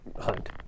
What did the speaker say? Hunt